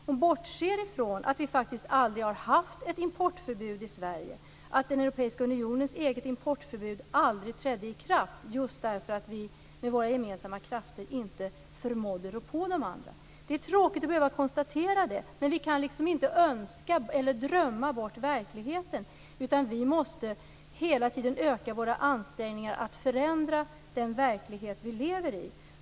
Hon bortser från att vi faktiskt aldrig har haft ett importförbud i Sverige, att Europeiska unionens eget importförbud aldrig trädde i kraft just därför att vi med våra gemensamma krafter inte förmådde rå på de andra. Det är tråkigt att behöva konstatera det men vi kan inte önska eller drömma bort verkligheten. I stället måste vi hela tiden öka våra ansträngningar för att förändra den verklighet som vi lever i.